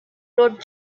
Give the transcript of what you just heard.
wrote